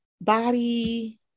body